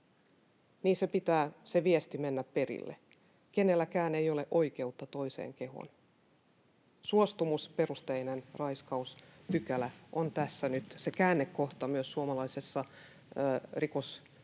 niin pitää sen viestin mennä perille. Kenelläkään ei ole oikeutta toisen kehoon. Suostumusperusteinen raiskauspykälä on tässä nyt se käännekohta suomalaisessa rikosajattelussa